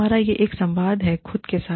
हमारा एक संवाद है खुद के साथ